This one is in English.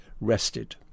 rested